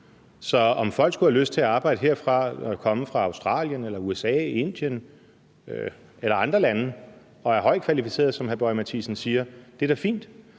Hvis folk skulle have lyst til at arbejde her og kommer fra Australien, USA, Indien eller andre lande og er højt kvalificeret, som hr. Lars Boje Mathiesen siger, er det da fint.